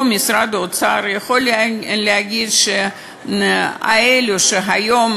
או משרד האוצר יכול להגיד שאלו שהיום